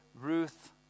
Ruth